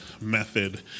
method